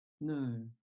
no